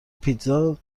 پیتزا